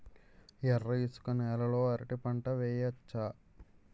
ఎర్ర ఇసుక నేల లో అరటి పంట వెయ్యచ్చా?